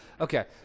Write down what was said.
Okay